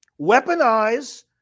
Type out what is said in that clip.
weaponize